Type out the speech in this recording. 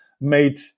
made